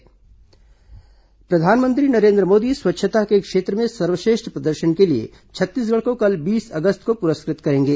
छत्तीसगढ स्वच्छता सम्मान प्रधानमंत्री नरेन्द्र मोदी स्वच्छता के क्षेत्र में सर्वश्रेष्ठ प्रदर्शन के लिए छत्तीसगढ़ को कल बीस अगस्त को पुरस्कृत करेंगे